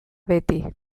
beti